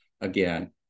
again